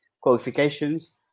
qualifications